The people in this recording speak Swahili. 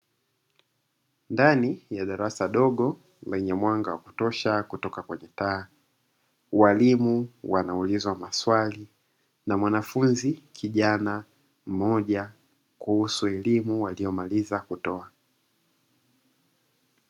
Ndani ya darasa dogo lenye mwanga wa kutosha, kutoka kwenye taa walimu wanaulizwa maswali na mwanafunzi kijana mmoja, kuhusu elimu waliyo mailiza kutoa.